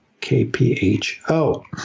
KPHO